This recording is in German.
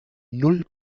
null